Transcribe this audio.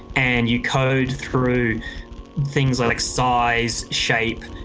and you code through things like size, shape,